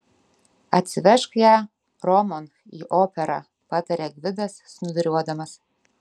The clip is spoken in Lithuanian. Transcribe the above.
atsivežk ją romon į operą patarė gvidas snūduriuodamas